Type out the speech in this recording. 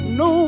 no